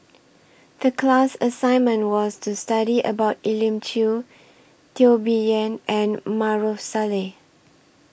The class assignment was to study about Elim Chew Teo Bee Yen and Maarof Salleh